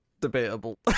debatable